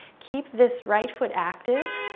keep this right foot active.